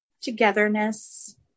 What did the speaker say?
togetherness